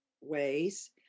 ways